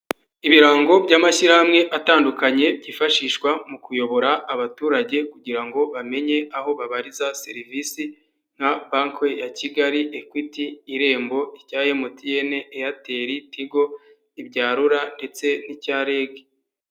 Ibirango by'amashyirahamwe atandukanye byifashishwa mu kuyobora abaturage kugira ngo bamenye aho babariza serivisi nka banki ya Kigali, Equit, irembo, icya MTN, Airtel, Tigo, ibyarura ndetse n'icya REG.